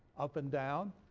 up and down,